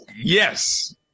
Yes